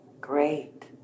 Great